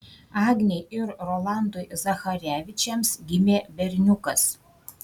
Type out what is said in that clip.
agnei ir rolandui zacharevičiams gimė berniukas